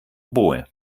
oboe